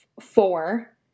four